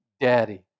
Daddy